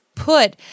Put